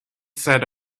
said